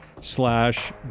slash